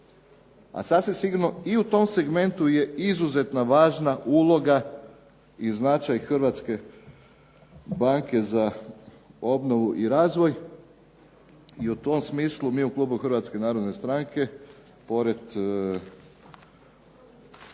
A sasvim sigurno i u tom segmentu je izuzetno važna uloga i značaj Hrvatske banke za obnovu i razvoj. I u tom smislu mi u klubu Hrvatske narodne stranke pored